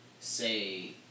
say